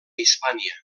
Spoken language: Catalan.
hispània